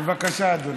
בבקשה, אדוני.